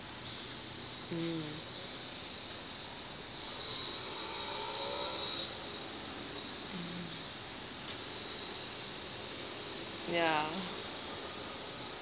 ya